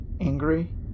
angry